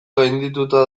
gaindituta